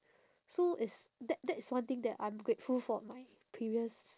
so it's that that is one thing that I'm grateful for my previous